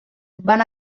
van